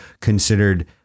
considered